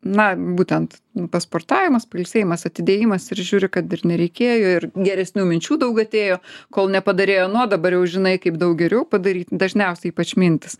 na būtent pasportavimas pailsėjimas atidėjimas ir žiūri kad ir nereikėjo ir geresnių minčių daug atėjo kol nepadarei ano dabar jau žinai kaip daug geriau padaryt dažniausiai ypač mintys